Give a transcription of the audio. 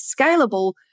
scalable